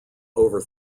over